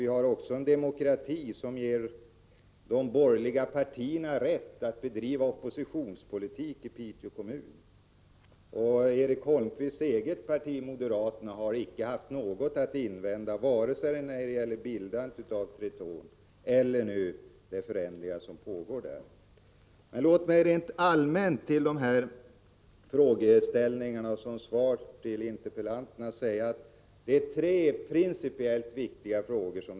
Vi har en demokrati som ger de borgerliga partierna i Piteå kommun rätt att bedriva oppositionspolitik. Erik Holmkvists eget parti, moderaterna, har icke haft något att invända vare sig när det gällt bildandet av Tetron eller när det gällt de förändringar som nu pågår där. Låt mig rent allmänt som svar till interpellanterna på de frågeställningar de tagit upp säga att det här rör tre principiellt viktiga frågor.